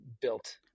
built